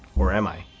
or am i?